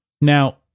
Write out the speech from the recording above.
Now